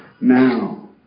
now